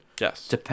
Yes